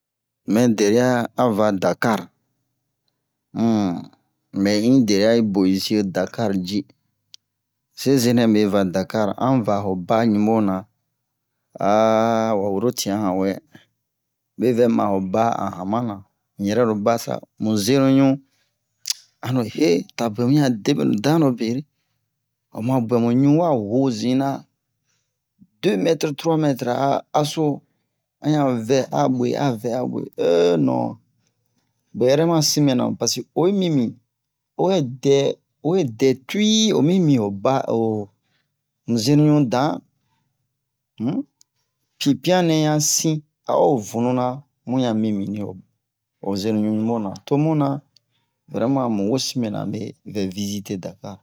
mɛ deria a va dakar um unbɛ in deria i bo un'zie dakar ji zeze nɛ mɛ va dakar an va ho ba ɲubona wa woro tian han wɛ me vɛ ma o ba a'un hamanan un yɛrɛro ba sa mu zenuɲu an no ye ta bwɛ wian a debenu danrobe de o ma bwɛ mu ɲu wa u'o zina deux mètre trois mètre a haso an ɲa vɛ a bwe e non bwɛ ma sin mɛ na mu paseke oyi mimi owe dɛ owe dɛ tui o mi'mi o ba o zenuɲu dan um pipian nɛ yan sin a'o vununa mu yan mimini o zenuɲu ɲubo na tomu na vrɛma mu wosi mɛna a me vɛ visite Dakar